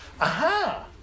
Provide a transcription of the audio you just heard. Aha